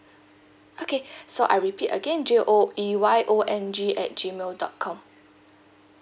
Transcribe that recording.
okay so I repeat again J O E Y O N G at gmail dot com